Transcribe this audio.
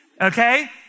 okay